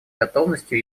готовностью